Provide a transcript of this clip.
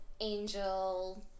angel